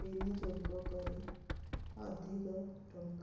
ବିନିଯୋଗ କରି ଅଧିକ ଟଙ୍କା